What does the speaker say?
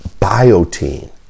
biotin